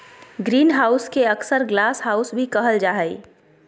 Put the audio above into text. greenhouse के अक्सर glasshouse भी कहल जा हइ